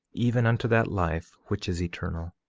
even unto that life which is eternal.